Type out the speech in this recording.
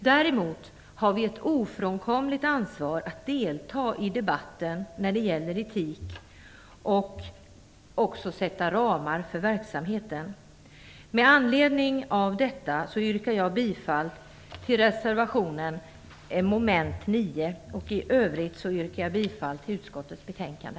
Däremot har vi ett ofrånkomligt ansvar att delta i debatten när det gäller etik och också att sätta ramar för verksamheten. Med anledning av det anförda yrkar jag bifall till reservationen vid mom. 9 och i övrigt till hemställan i utskottets betänkande.